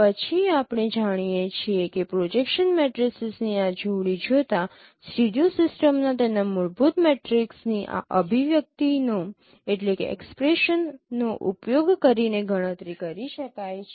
પછી આપણે જાણીએ છીએ કે પ્રોજેક્શન મેટ્રિસીસની આ જોડી જોતાં સ્ટીરિયો સિસ્ટમના તેના મૂળભૂત મેટ્રિક્સની આ અભિવ્યક્તિનો ઉપયોગ કરીને ગણતરી કરી શકાય છે